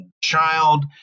child